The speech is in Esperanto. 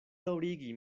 daŭrigi